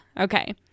okay